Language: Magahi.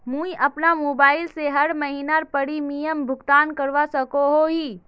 मुई अपना मोबाईल से हर महीनार प्रीमियम भुगतान करवा सकोहो ही?